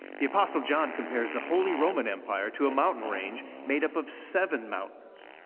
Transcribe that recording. the apostle john compares the holy roman empire to a mountain range made up of seven mountains.